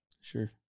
Sure